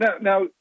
Now